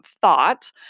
thought